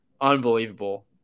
Unbelievable